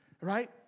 Right